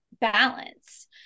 balance